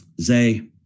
Zay